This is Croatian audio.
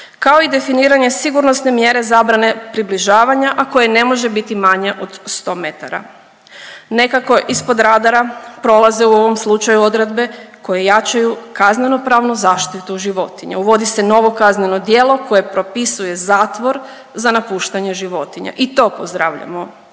kao i definiranje sigurnosne mjere zabrane približavanja, a koje ne može biti manje od 100 metara. Nekako ispod radara prolaze u ovom slučaju odredbe koje jačaju kaznenopravnu zaštitu životinja. Uvodi se novo kazneno djelo koje propisuje zatvor za napuštanje životinja i to pozdravljamo.